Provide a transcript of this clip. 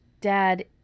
dad